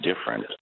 different